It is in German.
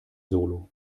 solo